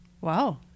Wow